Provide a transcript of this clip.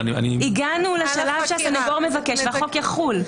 הגענו לשלב שהסנגור מבקש והחוק יחול.